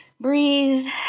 Breathe